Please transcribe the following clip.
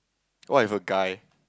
what if a guy